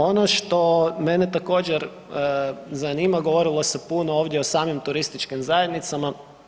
Ono što mene također zanima, govorilo se puno ovdje o samim turističkim zajednicama.